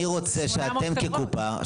אני רוצה שאתם כקופה,